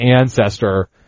ancestor